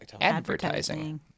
Advertising